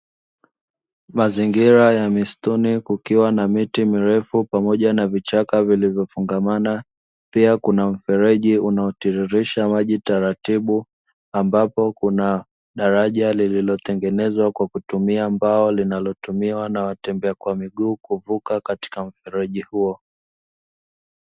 Mazingira ya misituni kukiwa na miti mirefu pamoja na vichaka vilivyofungamana. Pia kuna mfereji unaotiririsha maji taratibu, ambapo kuna daraja lililotengenezwa kwa kutumia mbao linalotumiwa na watembea kwa miguu, kuvuka katika mfereji huo.